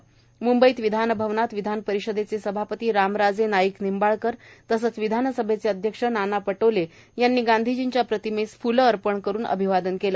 म्ंबईत विधान भवनात विधान परिषदेचे सभापती रामराजे नाईक निंबाळकर तसेच विधानसभेचे अध्यक्ष नाना पटोले यांनी गांधीजींच्या प्रतिमेस फ्लं अर्पण करुन अभिवादन केलं